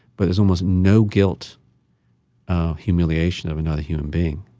but it's almost no guilt of humiliation of another human being.